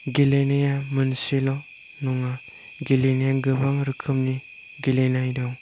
गेलेनाया मोनसेल' नङा गेलेनाया गोबां रोखोमनि गेलेनाय दं